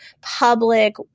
public